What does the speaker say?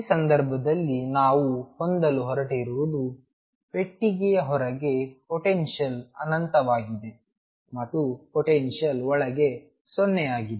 ಈ ಸಂದರ್ಭದಲ್ಲಿ ನಾವು ಹೊಂದಲು ಹೊರಟಿರುವುದು ಪೆಟ್ಟಿಗೆಯ ಹೊರಗೆ ಪೊಟೆನ್ಶಿಯಲ್ ಅನಂತವಾಗಿದೆ ಮತ್ತು ಪೊಟೆನ್ಶಿಯಲ್ ಒಳಗೆ 0 ಆಗಿದೆ